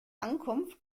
ankunft